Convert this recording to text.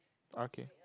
okay